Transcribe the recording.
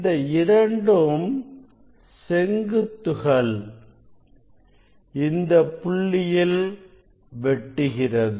இந்த இரண்டும் செங்குத்து கள் இந்தப் புள்ளியில் வெட்டுகிறது